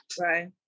Right